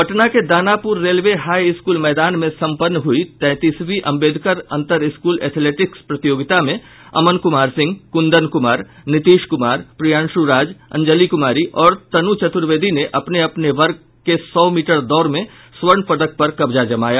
पटना के Danapur railway high school मैदान में संपन्न हुयी तैंतीसवीं अम्बेदकर अंतर स्कूल एथेलेटिक्स प्रतियोगिता में अमन कुमार सिंह कुंदन कुमार नीतीश कुमार प्रीयांशु राज अंजली कुमारी और तनु चतुर्वेदी ने अपने अपने वर्ग के सौ मीटर दौड़ में स्वर्ण पदक पर कब्जा जमाया